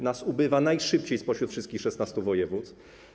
Nas ubywa najszybciej spośród wszystkich 16 województw.